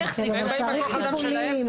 הם עם צרכים טיפוליים.